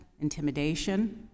intimidation